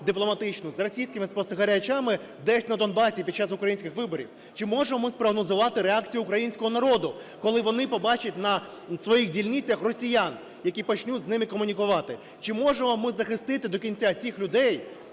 дипломатичну з російськими спостерігачами десь на Донбасі під час українських виборів? Чи можемо ми спрогнозувати реакцію українського народу, коли вони побачать на своїх дільницях росіян, які почнуть з ними комунікувати? Чи можемо захистити до кінця цих людей